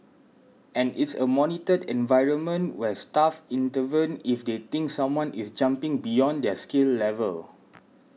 and it's a monitored environment where staff intervene if they think someone is jumping beyond their skill level